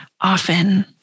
often